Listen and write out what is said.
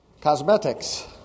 Cosmetics